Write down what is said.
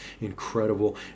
incredible